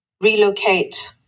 relocate